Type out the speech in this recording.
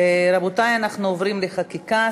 רבותי, אנחנו עוברים לחקיקה.